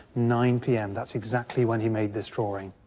nine pm that's exactly when he made this drawing.